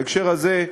בהקשר הזה,